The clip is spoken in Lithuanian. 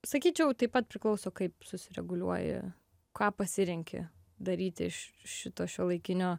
sakyčiau taip pat priklauso kaip susireguliuoji ką pasirenki daryti iš šito šiuolaikinio